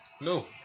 No